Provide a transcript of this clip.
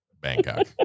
Bangkok